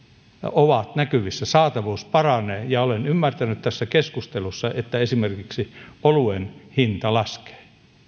ovat näkyvissä saatavuus paranee ja olen ymmärtänyt tässä keskustelussa että esimerkiksi oluen hinta laskee